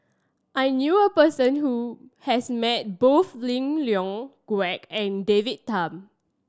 I knew a person who has met both Lim Leong Geok and David Tham